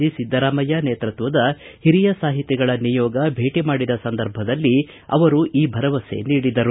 G Siddaramaiah ನೇತ್ರತ್ವದ ಹಿರಿಯ ಸಾಹಿತಿಗಳ ನಿಯೋಗ ಭೇಟಿ ಮಾಡಿದ ಸಂದರ್ಭದಲ್ಲಿ ಈ ಭರವಸೆ ನೀಡಿದರು